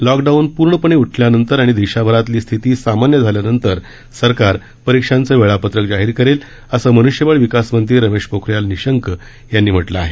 lockdown पूर्णपणे उठल्यानंतर आणि देशभरातली स्थिती सामान्य झाल्यानंतर सरकार परीक्षांचं वेळापत्रक जाहीर करेल असं मन्ष्यबळ विकास मंत्री रमेश पोखरियाल निशंक यांनी म्हटलं आहे